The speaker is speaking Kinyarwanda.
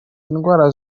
indwara